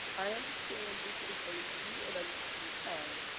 i understand this is a new and unusual time,